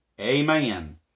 amen